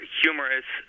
humorous